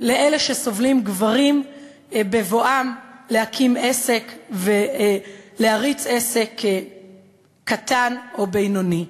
על אלה שסובלים מהם גברים בבואם להקים עסק ולהריץ עסק קטן או בינוני.